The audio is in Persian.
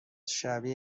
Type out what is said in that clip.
شبیه